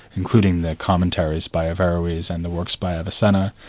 including their commentaries by averroes and the works by avincenna,